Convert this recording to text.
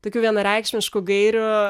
tokių vienareikšmiškų gairių